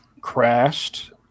crashed